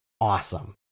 awesome